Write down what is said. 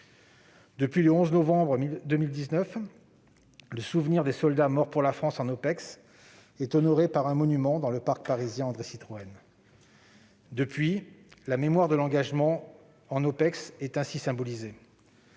Depuis le 11 novembre 2019, le souvenir des soldats morts pour la France en OPEX est honoré par un monument dans le parc parisien André-Citroën. Depuis lors, la mémoire de l'engament en OPEX est ainsi symbolisée.